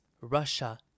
Russia